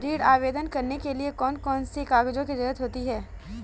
ऋण आवेदन करने के लिए कौन कौन से कागजों की जरूरत होती है?